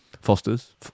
Foster's